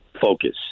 focus